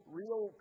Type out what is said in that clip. real